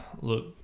look